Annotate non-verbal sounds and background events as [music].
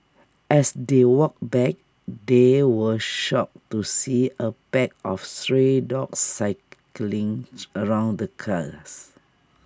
as they walked back they were shocked to see A pack of stray dogs circling [unintelligible] around the cars